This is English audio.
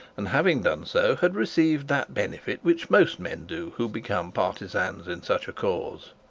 and having done so had received that benefit which most men do who become partisans in such a cause.